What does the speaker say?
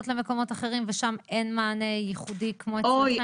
למקומות אחרים ושם אין מענה ייחודי כזה.